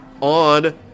on